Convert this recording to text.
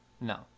No